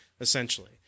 essentially